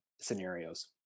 scenarios